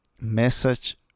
message